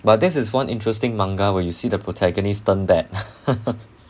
but this is one interesting manga when you see the protagonist turn bad